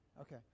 Okay